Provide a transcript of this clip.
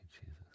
Jesus